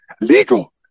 Legal